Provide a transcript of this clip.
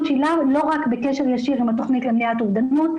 לא רק בקשר ישיר עם התכנית למניעת אובדנות.